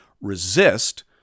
resist